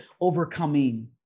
overcoming